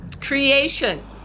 Creation